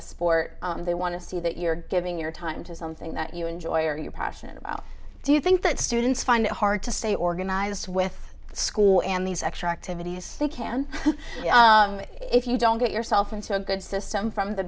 a sport they want to see that you're giving your time to something that you enjoy or you're passionate about do you think that students find it hard to stay organized with school and these extra activities can if you don't get yourself into a good system from the